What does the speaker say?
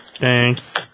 Thanks